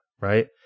right